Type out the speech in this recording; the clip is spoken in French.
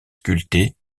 sculptée